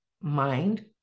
mind